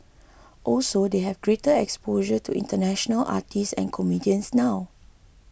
also they have greater exposure to international artists and comedians now